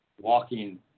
walking